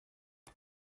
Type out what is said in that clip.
for